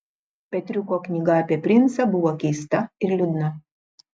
petriuko knyga apie princą buvo keista ir liūdna